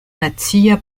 nacia